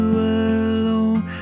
alone